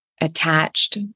attached